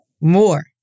more